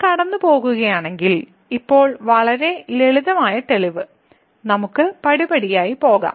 നമ്മൾ കടന്നുപോകുകയാണെങ്കിൽ ഇപ്പോൾ വളരെ ലളിതമായ തെളിവ് നമുക്ക് പടിപടിയായി പോകാം